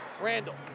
Randall